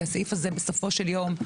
כי הסעיף הזה בסופו של יום,